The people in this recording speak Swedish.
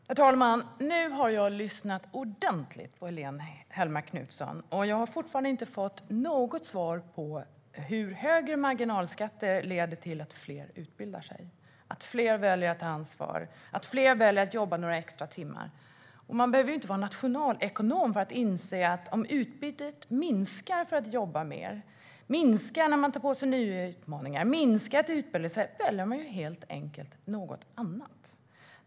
Herr talman! Nu har jag lyssnat ordentligt på Helene Hellmark Knutsson, och jag har fortfarande inte fått något svar på hur högre marginalskatter leder till att fler utbildar sig, att fler väljer att ta ansvar och att fler väljer att jobba några extra timmar. Det behövs ingen nationalekonom för att inse att om utbytet minskar när man jobbar mer, tar på sig nya utmaningar och utbildar sig så väljer man helt enkelt något annat.